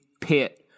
pit